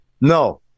No